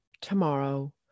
tomorrow